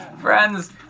Friends